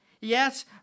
Yes